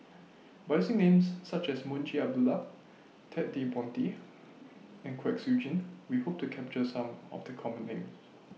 By using Names such as Munshi Abdullah Ted De Ponti and Kwek Siew Jin We Hope to capture Some of The Common Names